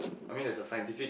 I mean there's a scientific